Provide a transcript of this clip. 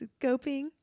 scoping